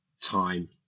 time